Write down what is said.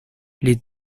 les